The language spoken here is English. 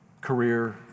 career